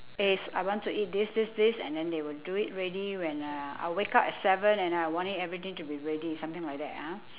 is I want to eat this this this and then they will do it ready when uh I'll wake up at seven and I want it everything to be ready something like that ah